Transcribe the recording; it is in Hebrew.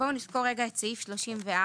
נסגור את סעיף 34